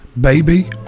Baby